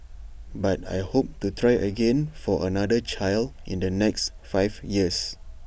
but I hope to try again for another child in the next five years